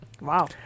Wow